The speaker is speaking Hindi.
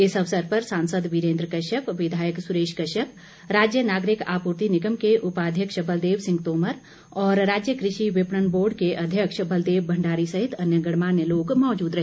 इस अवसर पर सांसद वीरेंद्र कश्यप विधायक सुरेश कश्यप राज्य नागरिक आपूर्ति निगम के उपाध्यक्ष बलदेव सिंह तोमर और राज्य कृषि विपणन बोर्ड के अध्यक्ष बलदेव भंडारी सहित अन्य गणमान्य लोग मौजूद रहे